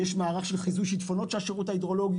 יש מערך של חיזוי שיטפונות שהקימו השירות ההידרולוגי